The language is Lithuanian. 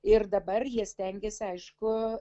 ir dabar jie stengiasi aišku